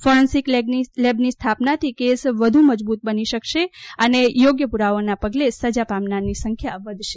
forensic લેબની સ્થાપનાથી case વધુ મજબૂત બની શકશે અને યોગ્ય પુરાવાઓના પગલે સજા પામનારની સંખ્યા વધશે